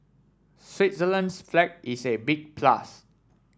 Switzerland's flag is a big plus